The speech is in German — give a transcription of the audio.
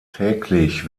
täglich